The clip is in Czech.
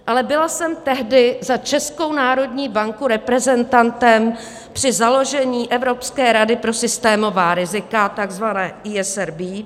Ale byla jsem tehdy za Českou národní banku reprezentantem při založení Evropské rady pro systémová rizika, tzv. ESRB.